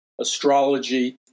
astrology